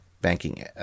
banking